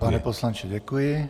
Pane poslanče, děkuji.